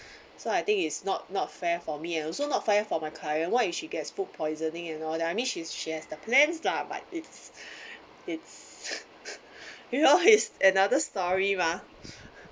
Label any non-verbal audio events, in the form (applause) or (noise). so I think it's not not fair for me and also not fair for my client what if she gets food poisoning and all that I mean she's she has the plan lah but it's (breath) it's (laughs) you know is another story mah